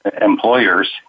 employers